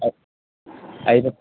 ఐదు